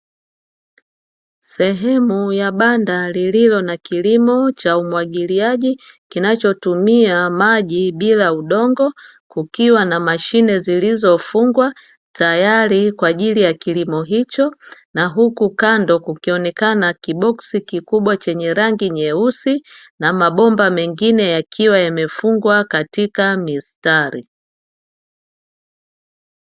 Sehemu ya banda lililo na kilimo cha umwagiliaji, kinachotumia maji bila udongo, kukiwa na mashine zilizofungwa tayari kwa ajili ya kilimo hicho. Na huku kando kukionekana kiboksi kikubwa chenye rangi nyeusi na mabomba mengine yakiwa yamefungwa katika mistari.